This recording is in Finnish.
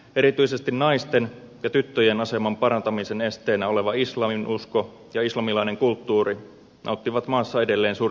erityisesti naisten ja tyttöjen aseman parantamisen esteenä oleva islaminusko ja islamilainen kulttuuri nauttivat maassa edelleen suurta kansansuosiota